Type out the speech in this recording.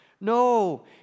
No